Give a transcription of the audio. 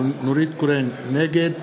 נגד